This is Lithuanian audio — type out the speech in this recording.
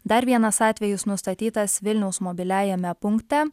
dar vienas atvejis nustatytas vilniaus mobiliajame punkte